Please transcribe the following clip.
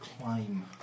climb